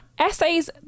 essays